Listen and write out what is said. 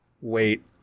wait